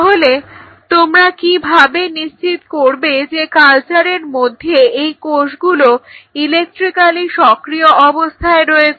তাহলে তোমরা কীভাবে নিশ্চিত করবে যে কালচারের মধ্যে এই কোষগুলো ইলেক্ট্রাইক্যালি সক্রিয় অবস্থায় রয়েছে